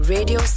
Radio